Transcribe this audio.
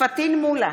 פטין מולא,